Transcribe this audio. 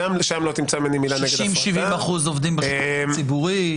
60%, 70% עובדים בשירות הציבורי.